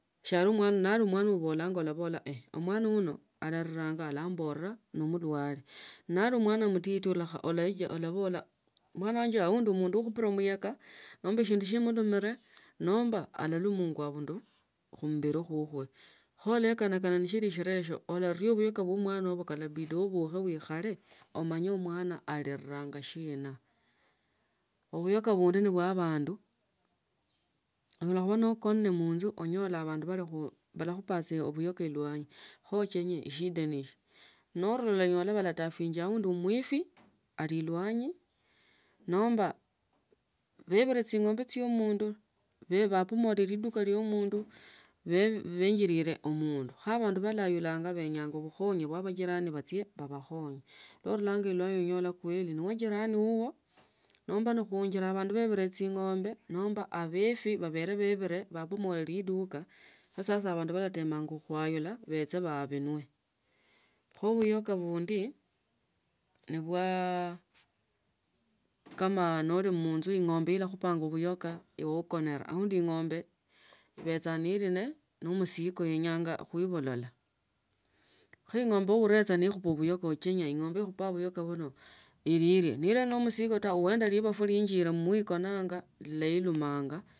Mwana abolanga olabola eeh, mwana uno aluranga alamborera nomulalwe nalari mwana mutiti olaiya olabola mwana wanje aund mundu akhupile kata nomba eshindu shimu umile nomba alalumwanga abundu khumubili kukwe kono olakanakana neshili shilayi olaria bulka bwa mwana kalabida ubuke uikhalo umanye mwana alikongashira unoyoka bundi ni bwa banali onyala khuba nokone munzu onyola bandu balakhupanga saa ulayoka elwanyi khochenye eshida ne si nonulao unyole bababianga aunde mwifi ali elwonyi nomba bebile ching’ombe chia omundu, babomole lidusa lia omundu benjirire omundu khe bandu balabilanga benya bukhonyi bwa majirani bachie babakhonye nondanya elwanyi onyola kweli uno ne jirani wuwo nomba ni khuinjira bandu bebile ing’ombe nomba abefi babene bebile babomole liduka khu sasa bandu balatumanga khwayula beche babomole. Khe buikha bundi ni bwa kaa noli munzu muno ing’ombe ibecha neli ne musiko yenya khuibulana kho ing’ombe ne ulila nekhupa luyoka uchenya ing’ombe. Ikhupanga luyoka ino ne ri chende muzigo inu huenda lisasi linjerimo ikonanga ilaurumanga.